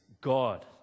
God